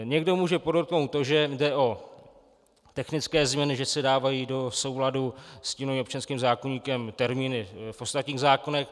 Někdo může podotknout, že jde o technické změny, že se dávají do souladu s novým občanským zákoníkem termíny v ostatních zákonech.